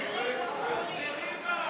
תחזרי,